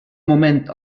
moment